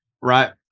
right